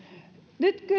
nyt